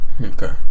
okay